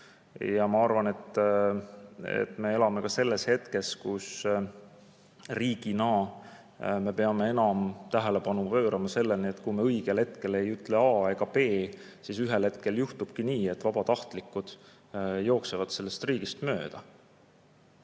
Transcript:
Ma arvan, et me elame ka selles hetkes, kus me riigina peame enam tähelepanu pöörama sellele, et kui me õigel hetkel ei ütle A‑d ega B‑d, siis ühel hetkel juhtubki nii, et vabatahtlikud jooksevad sellest riigist mööda.